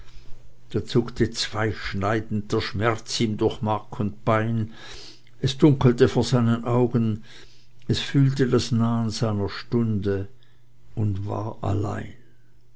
da zuckte zweischneidend der schmerz ihm durch mark und bein es dunkelte vor seinen augen es fühlte das nahen seiner stunde und war allein